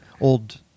old